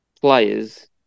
players